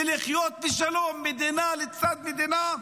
ולחיות בשלום מדינה לצד מדינה,